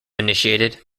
initiated